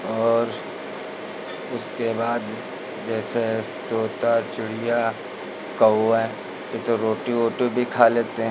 और उसके बाद जैसे तोता चिड़ियाँ कौआ यह तो रोटी ओटी भी खा लेते हैं